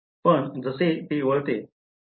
पण जसे ते वळते